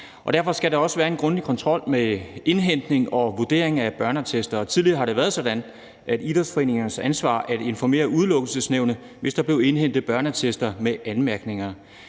Derfor skal der også være en grundig kontrol med indhentning og vurdering af børneattester. Tidligere har det været idrætsforeningernes ansvar at informere Udelukkelsesnævnet, hvis der blev indhentet børneattester med anmærkninger.